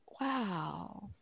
wow